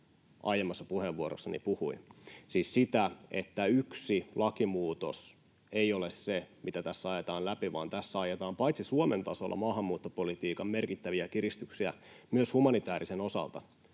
aiemmassa puheenvuorossani puhuin — siis sitä, että yksi lakimuutos ei ole se, mitä tässä ajetaan läpi, vaan tässä ajetaan paitsi Suomen tasolla maahanmuuttopolitiikan merkittäviä kiristyksiä myös humanitäärisen